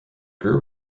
grew